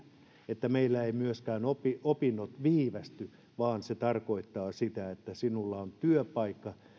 että meillä ei myöskään opinnot viivästy vaan se tarkoittaa sitä että sinulla on työpaikka